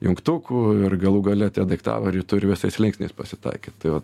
jungtukų ir galų gale tie daiktavardžiai turi visais linksniais pasitaikyt tai va